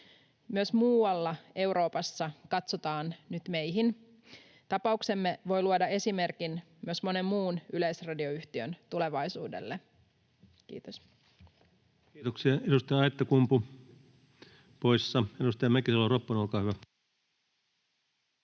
Myös muualla Euroopassa katsotaan nyt meihin. Tapauksemme voi luoda esimerkin myös monen muun yleisradioyhtiön tulevaisuudelle. — Kiitos. Kiitoksia. — Edustaja Aittakumpu poissa. — Edustaja Mäkisalo-Ropponen, olkaa hyvä.